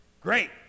Great